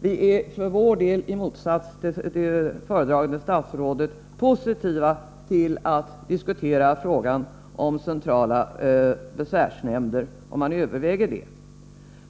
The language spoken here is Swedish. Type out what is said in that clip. Vi är för vår del, i motsats till det föredragande statsrådet, positiva till att diskutera frågan om centrala besvärsnämnder, om man överväger sådana.